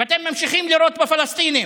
ואתם ממשיכים לירות בפלסטינים.